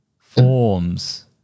forms